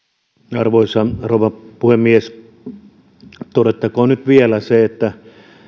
arvoisa rouva puhemies todettakoon nyt vielä se että